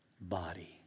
body